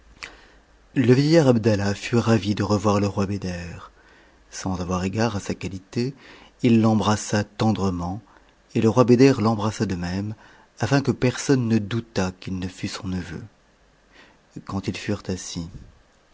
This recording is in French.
le vieillard abdallah fut ravi de revoir le roi beder sans avoir égard qualité il l'embrassa tendrement et le roi beder l'embrassa de même afin que personne ne doutât qu'il ne fût son neveu quand ils se furent assis